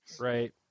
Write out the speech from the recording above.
right